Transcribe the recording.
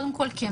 קודם כול, כן.